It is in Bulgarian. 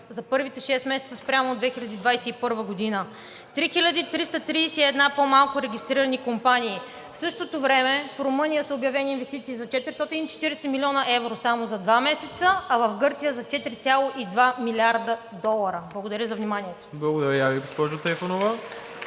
за първите шест месеца спрямо 2021 г. – 3331 по-малко регистрирани компании. В същото време в Румъния са обявени инвестиции за 440 млн. евро само за два месеца, а в Гърция за 4,2 милиарда долара. Благодаря за вниманието. (Ръкопляскания